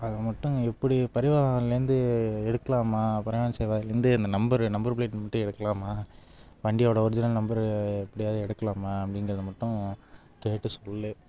அதை மட்டும் எப்படி பரிவாஹன்லேருந்து எடுக்கலாமா பரிவாஹன் சேவாலேருந்து இந்த நம்பரு நம்பர் ப்ளேட் மட்டும் எடுக்கலாமா வண்டியோடய ஒரிஜினல் நம்பரு எப்படியாவது எடுக்கலாமா அப்படிங்கிறது மட்டும் கேட்டுச் சொல்லு